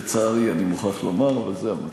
לצערי, אני מוכרח לומר, אבל זה המצב.